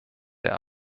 der